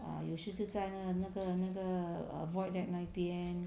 err 有时就在那那个那个 void deck 那边